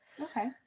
okay